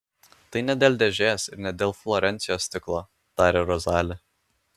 tai ne dėl dėžės ir ne dėl florencijos stiklo tarė rozali